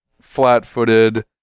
flat-footed